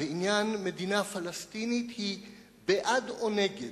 גם מבחינה פוליטית וגם מבחינה מעשית,